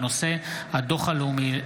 לפני שנעבור לנושא הבא על סדר-היום,